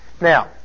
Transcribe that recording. Now